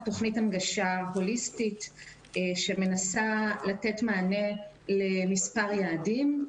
תכנית הנגשה הוליסטית שמנסה לתת מענה למספר יעדים,